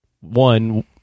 one